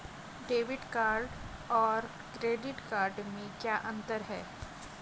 Debit card और credit card में क्या अंतर है?